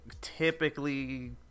typically